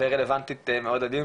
ורלוונטית מאוד לדיון.